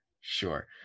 Sure